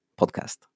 Podcast